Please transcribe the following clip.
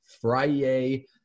Friday